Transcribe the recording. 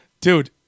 Dude